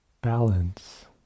balance